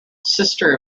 sister